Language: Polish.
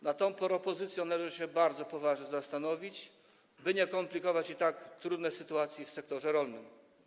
Nad tą propozycją należy się bardzo poważnie zastanowić, by nie komplikować i tak trudnej sytuacji w sektorze rolnym.